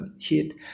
hit